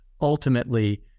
ultimately